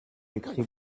écrit